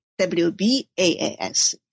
WBAAS